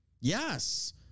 Yes